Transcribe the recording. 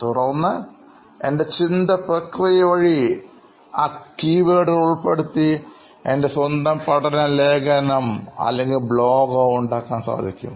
തുടർന്ന് എൻറെ ചിന്ത പ്രക്രിയ വഴി ആ കീവേഡുകൾ ഉൾപ്പെടുത്തി എൻറെ സ്വന്തം പഠന ലേഖനം അല്ലെങ്കിൽ ബ്ലോഗോ ഉണ്ടാക്കാൻ സാധിക്കും